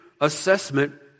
assessment